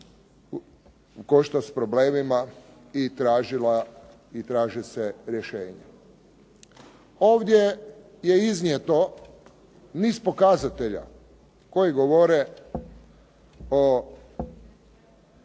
koštac sa problemima i traže se rješenja. Ovdje je iznijeto niz pokazatelja koji govore o